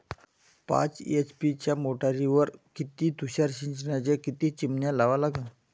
पाच एच.पी च्या मोटारीवर किती तुषार सिंचनाच्या किती चिमन्या लावा लागन?